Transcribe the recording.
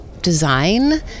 design